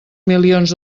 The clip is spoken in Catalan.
milions